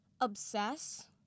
obsess